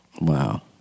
Wow